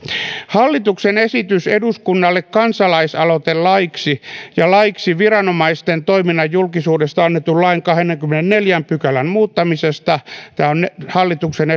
hallituksen esitys eduskunnalle kansalaisaloitelaiksi ja laiksi viranomaisten toiminnan julkisuudesta annetun lain kahdeskymmenesneljäs pykälä muuttamisesta tämä on hallituksen